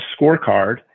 scorecard